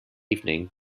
evening